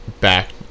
back